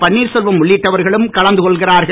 பன்னீர்செலவம் உள்ளிட்டவர்களும் கலந்துகொள்கிறார்கள்